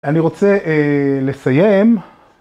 אני רוצה אה... לסיים.